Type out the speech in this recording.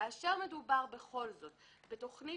תכנית